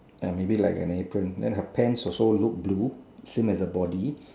ya maybe like an apron then her pants also look blue same as the body